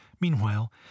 Meanwhile